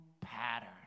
pattern